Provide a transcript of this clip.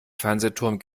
fernsehturm